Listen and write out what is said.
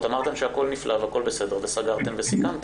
אמרתם שהכל נפלא והכל בסדר וסגרתם וסיכמתם.